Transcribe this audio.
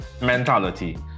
mentality